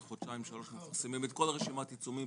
חודשיים-שלוש אנחנו פרסמים את כל רשימת העיצומים,